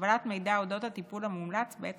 קבלת מידע על אודות הטיפול המומלץ בעת